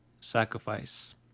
sacrifice